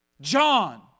John